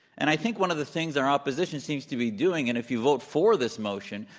and i think one of the things our opposition seems to be doing and if you vote for this motion,